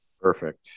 Perfect